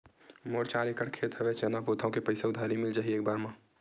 मोर चार एकड़ खेत हवे चना बोथव के पईसा उधारी मिल जाही एक बार मा?